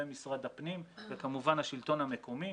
משרד הפנים וכמובן השלטון המקומי.